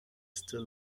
still